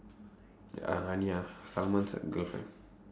girlfriend